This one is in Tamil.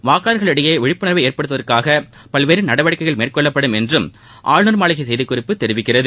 வாக்காளர்களிடையேவிழிப்புணர்வைஏற்படுத்துவதற்காகபல்வேறுநடவடிக்கைக ள்மேற்கொள்ளப்படும்என்றுஆளுநர்மாளிகைசெய்திக்குறிப்புதெர்விக்கிறது